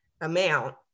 amount